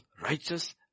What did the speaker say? Righteous